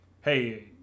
hey